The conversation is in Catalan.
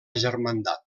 germandat